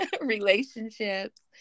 relationships